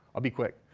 be quick.